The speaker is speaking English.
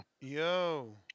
Yo